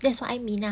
that's what I mean ah